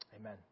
amen